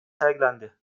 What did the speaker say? sergilendi